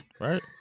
right